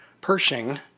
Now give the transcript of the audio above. Pershing